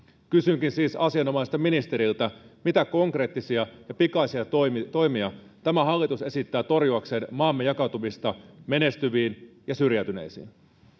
kysynkin siis asianomaiselta ministeriltä mitä konkreettisia ja pikaisia toimia toimia tämä hallitus esittää torjuakseen maamme jakautumista menestyviin ja syrjäytyneisiin